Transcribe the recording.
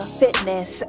fitness